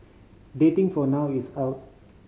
dating for now is out